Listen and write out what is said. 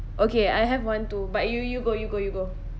okay I have one too but you you you go you go